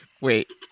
Wait